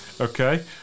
okay